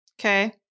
Okay